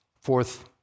Fourth